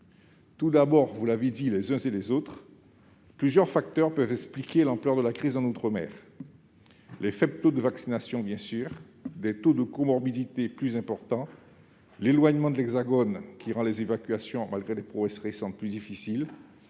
Tout d'abord, vous l'avez dit, les uns et les autres, plusieurs facteurs peuvent expliquer l'ampleur de la crise en outre-mer : bien sûr de faibles taux de vaccination, mais aussi des taux de comorbidité plus importants, l'éloignement de l'Hexagone qui rend les évacuations, malgré les prouesses récentes, plus difficiles